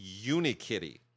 Unikitty